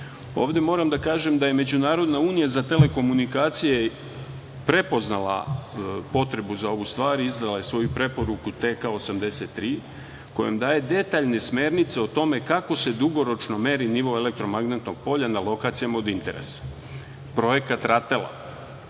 moram da kažem da je Međunarodna unija za telekomunikacije prepoznala potrebu za ovu stvar i iznela je svoju preporuku TK 83 kojom daje detaljne smernice o tome kako se dugoročno meri nivo elektromagnetnog polja na lokacijama od interesa. Projekat RATEL-a,